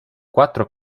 quattro